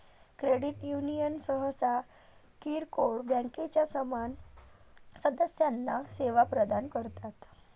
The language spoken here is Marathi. क्रेडिट युनियन सहसा किरकोळ बँकांच्या समान सदस्यांना सेवा प्रदान करतात